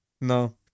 No